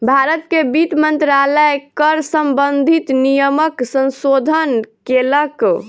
भारत के वित्त मंत्रालय कर सम्बंधित नियमक संशोधन केलक